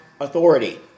authority